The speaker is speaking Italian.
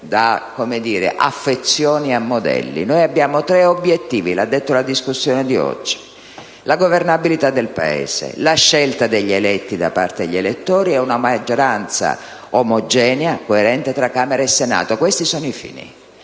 legislatura. Noi abbiamo tre obiettivi, com'è stato detto nella discussione odierna: la governabilità del Paese, la scelta degli eletti da parte degli elettori e una maggioranza omogenea e coerente tra Camera e Senato. Questi sono i fini.